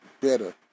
better